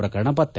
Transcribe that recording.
ಪ್ರಕರಣ ಪತ್ತೆ